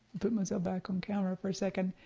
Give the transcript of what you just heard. put myself back on camera for a second.